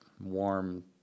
warm